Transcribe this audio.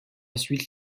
suite